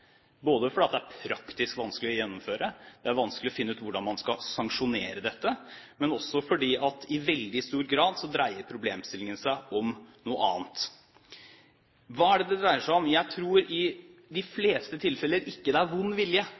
både fordi det er praktisk vanskelig å gjennomføre, fordi det er vanskelig å finne ut hvordan man skal sanksjonere dette, og fordi at i veldig stor grad dreier problemstillingen seg om noe annet. Hva er det det dreier seg om? Jeg tror det i de fleste tilfeller ikke er vond vilje. Det er selvfølgelig noen arbeidsgivere som har vond vilje,